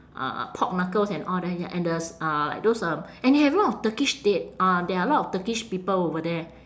uh pork knuckles and all that ya and there's uh like those uh and have a lot of turkish t~ uh there are a lot of turkish people over there